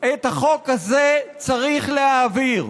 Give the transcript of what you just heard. את החוק הזה צריך להעביר,